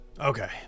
Okay